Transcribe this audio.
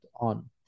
on